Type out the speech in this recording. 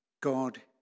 god